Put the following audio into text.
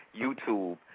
YouTube